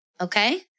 Okay